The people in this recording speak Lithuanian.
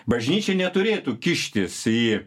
bažnyčia neturėtų kištis į